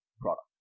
product